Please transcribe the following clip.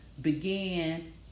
began